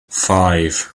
five